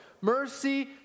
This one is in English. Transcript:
Mercy